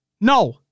No